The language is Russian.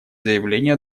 заявление